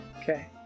Okay